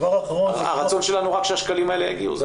הרצון שלנו רק שהשקלים האלה יגיעו.